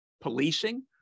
policing